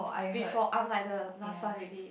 before I'm like the last one ready